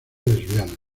lesbiana